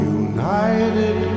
united